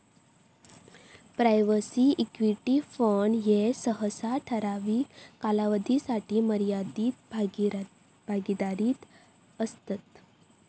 private equity fund ह्ये सहसा ठराविक कालावधीसाठी मर्यादित भागीदारीत असतत